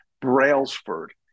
Brailsford